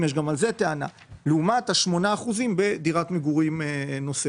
לעומת ה-8% בדירת מגורים נוספת".